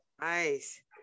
Nice